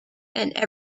and